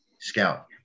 scout